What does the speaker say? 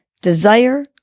Desire